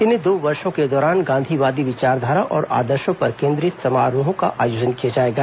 इन दो वर्षो के दौरान गांधीवादी विचारधारा और आदर्शो पर केंद्रित समारोह का आयोजन किया जाएगा